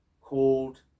called